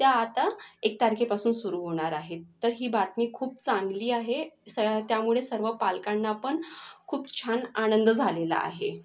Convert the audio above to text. त्या आता एक तारखेपासून सुरू होणार आहेत तर ही बातमी खूप चांगली आहे स त्यामुळे सर्व पालकांनापण खूप छान आनंद झालेला आहे